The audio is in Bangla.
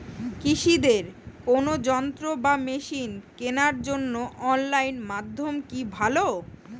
কৃষিদের কোন যন্ত্র বা মেশিন কেনার জন্য অনলাইন মাধ্যম কি ভালো?